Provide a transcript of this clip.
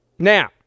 Now